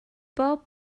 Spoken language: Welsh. bob